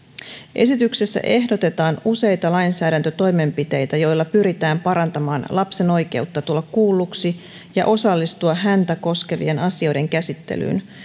esityksessä ehdotetaan useita lainsäädäntötoimenpiteitä joilla pyritään parantamaan lapsen oikeutta tulla kuulluksi ja osallistua häntä koskevien asioiden käsittelyyn